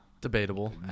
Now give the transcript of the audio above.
Debatable